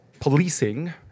policing